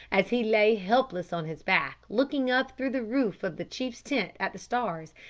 as he lay helpless on his back, looking up through the roof of the chief's tent at the stars,